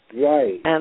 Right